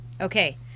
Okay